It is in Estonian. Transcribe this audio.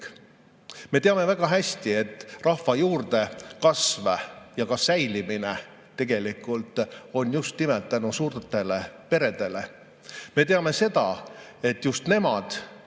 Me teame väga hästi, et rahva juurdekasv ja säilimine on tegelikult just nimelt tänu suurtele peredele. Me teame seda, et just nemad